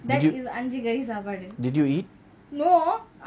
did you did you eat